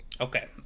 Okay